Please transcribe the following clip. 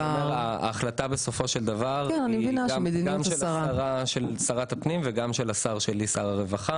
ההחלטה בסופו של דבר היא של שרת הפנים ושר הרווחה.